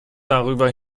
darüber